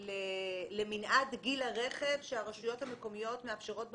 למנעד גיל הרכב שהרשויות המקומיות מאפשרות במכרז?